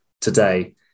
today